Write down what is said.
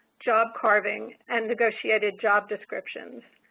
job carving and negotiated job descriptions.